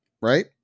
right